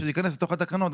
שזה ייכנס לתוך התקנות.